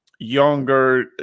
younger